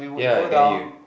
yeah I get you